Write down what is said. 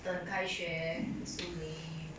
等开学 so lame